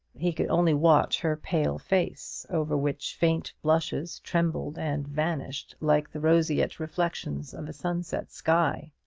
he could only watch her pale face, over which faint blushes trembled and vanished like the roseate reflections of a sunset sky.